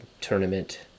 tournament